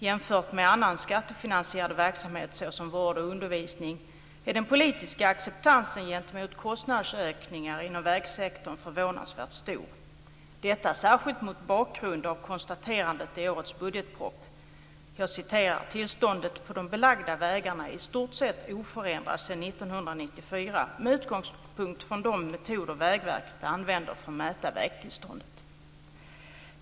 Jämfört med annan skattefinansierad verksamhet såsom vård och undervisning är den politiska acceptansen gentemot kostnadsökningar inom vägsektorn förvånansvärt stor, särskilt mot bakgrund av följande konstaterande i årets budgetproposition. Jag citerar: "Tillståndet på de belagda vägarna är i stort sett oförändrat sedan 1994 med utgångspunkt från de metoder Vägverket använder för att mäta vägtillståndet."